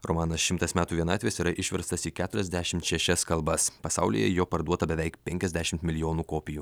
romanas šimtas metų vienatvės yra išverstas į keturiasdešimt šešias kalbas pasaulyje jo parduota beveik penkiasdešimt milijonų kopijų